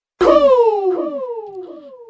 Cool